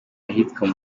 ahitwa